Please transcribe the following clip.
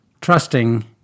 Trusting